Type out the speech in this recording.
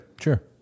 Sure